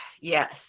yes